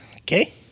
okay